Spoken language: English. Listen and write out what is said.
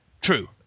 true